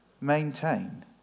maintain